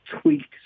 tweaks